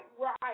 right